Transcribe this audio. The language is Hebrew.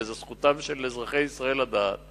וזו זכותם של אזרחי ישראל לדעת